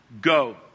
Go